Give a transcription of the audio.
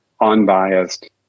unbiased